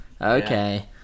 Okay